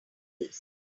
this